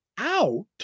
out